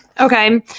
Okay